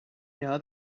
know